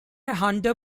hunter